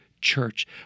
Church